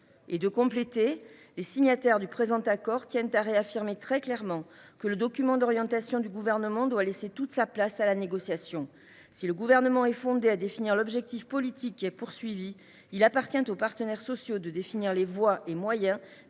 Et de compléter :« Les signataires du présent accord tiennent à réaffirmer très clairement que le document d’orientation du Gouvernement doit laisser toute sa place à la négociation. Si le Gouvernement est fondé à définir l’objectif politique qui est poursuivi, il appartient aux partenaires sociaux de définir les voies et moyens